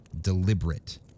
deliberate